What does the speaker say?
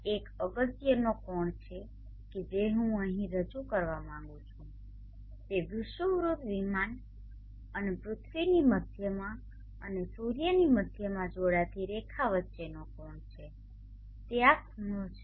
એક અગત્યનો કોણ કે જે હું અહીં રજૂ કરવા માંગું છું તે વિષુવવૃત્ત વિમાન અને પૃથ્વીની મધ્યમાં અને સૂર્યની મધ્યમાં જોડાતી રેખા વચ્ચેનો કોણ છે તે આ ખૂણો છે